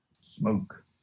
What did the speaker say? Smoke